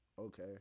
Okay